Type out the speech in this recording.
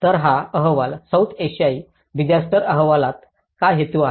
तर हा अहवाल सौथ आशियाई डिसास्टर अहवालात काय हेतू आहे